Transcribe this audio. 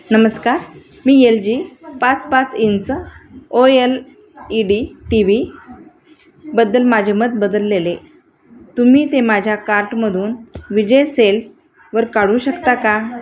नमस्कार मी L G पाच पाच inch O L E D T व्हीबद्दल माझे मत बदललेले तुम्ही ते माझ्या कार्टमधून विजय सेल्सवर काढू शकता का